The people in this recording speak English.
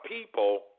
people